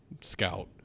scout